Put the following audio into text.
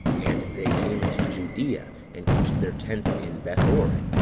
and they came into judea, and pitched their tents in bethoron,